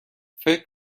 فکر